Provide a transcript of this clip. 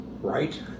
right